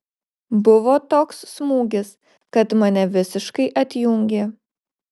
buvo toks smūgis kad mane visiškai atjungė